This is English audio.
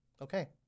Okay